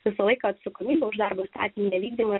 visą laiką atsakomybė už darbą tad nevykdėme